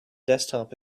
desktop